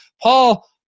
Paul-